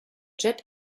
jet